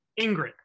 Ingrid